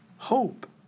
Hope